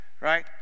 Right